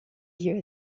here